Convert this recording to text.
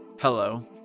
Hello